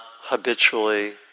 habitually